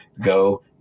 Go